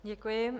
Děkuji.